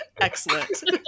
Excellent